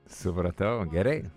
supratau gerai